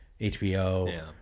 HBO